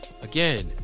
Again